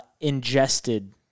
ingested